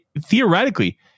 theoretically